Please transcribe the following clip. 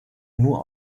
nur